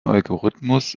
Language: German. algorithmus